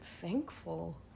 thankful